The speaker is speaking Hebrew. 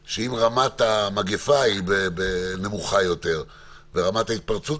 לשנה שעברה באותה תקופה דובר אז על 799. זאת אומרת,